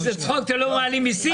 זה צחוק שאתם לא מעלים מיסים?